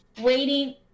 waiting